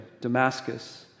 Damascus